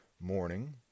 morning